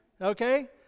Okay